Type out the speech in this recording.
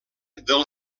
del